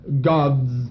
God's